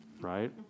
right